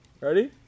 Ready